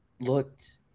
looked